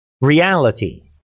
Reality